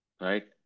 Right